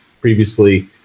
previously